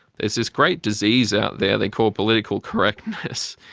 this this great disease out there. they call it political correctness.